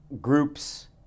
groups